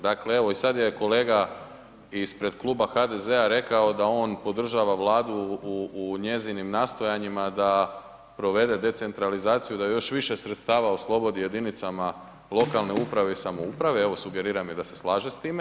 Dakle, evo i sad je kolega ispred Kluba HDZ-a rekao da on podržava Vladu u njezinim nastojanjima da provede decentralizaciju, da još više sredstava oslobodi jedinicama lokalne uprave i samouprave, evo sugerira mi da se slaže s time.